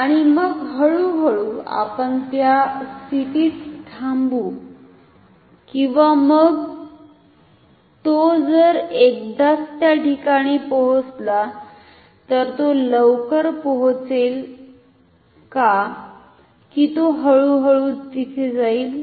आणि मग हळू हळू आपण त्या स्थितीत थांबु किंवा मग तो जर एकदाच त्या ठिकाणी पोहोचला तर तो लवकर पोहोचेल का की तो हळू हळू तिथे जाईल